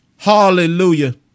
Hallelujah